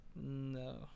no